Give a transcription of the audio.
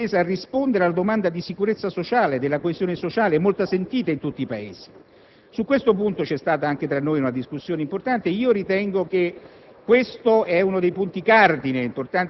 le iniziative, la preoccupazione tesa a rispondere alla domanda di sicurezza e di coesione sociale, molto sentita in tutti i Paesi. Su questo punto c'è stata anche tra noi una discussione importante e ritengo questo